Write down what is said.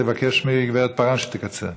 תבקש מהגברת פארן שתקצר.